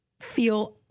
feel